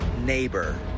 Neighbor